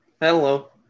Hello